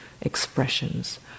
expressions